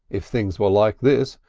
if things were like this,